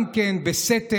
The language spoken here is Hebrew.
גם כן בסתר,